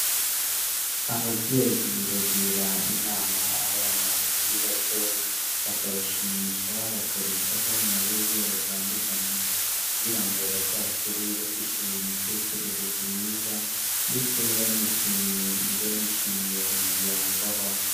Ababyeyi bagira inama abana bakiri bato, bakabashimisha bakabitaho mu buryo butandukanye, kugira ngo bazakure bafite imitekerereze myiza, ndetse banishimiye umuryango babamo.